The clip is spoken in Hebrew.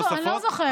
לא, אני לא זוכרת.